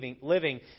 living